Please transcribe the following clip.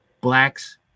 blacks